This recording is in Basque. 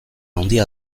handia